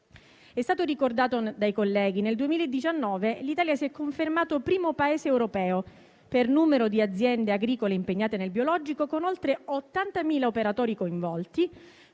È stato ricordato dai colleghi che nel 2019 l'Italia si è confermata primo Paese europeo per numero di aziende agricole impegnate nel biologico, con oltre 80.000 operatori coinvolti,